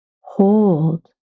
Hold